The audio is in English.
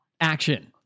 action